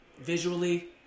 visually